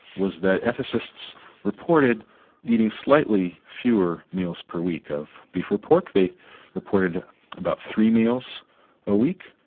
was that ethicists reported eating slightly fewer meals per week of beef or pork. they reported about three meals a week,